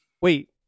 wait